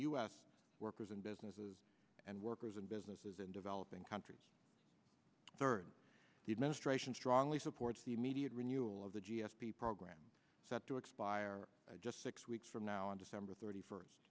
s workers and businesses and workers and businesses in developing countries third the administration strongly supports the immediate renewal of the g f p program set to expire just six weeks from now on december thirty first